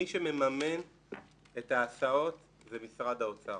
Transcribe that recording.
מי שמממן את ההסעות זה משרד האוצר